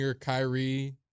Kyrie